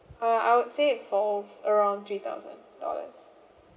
uh I would say it falls around three thousand dollars